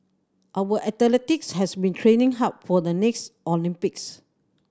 our athletes have been training hard for the next Olympics